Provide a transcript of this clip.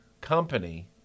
company